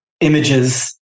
images